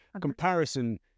comparison